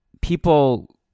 people